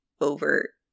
over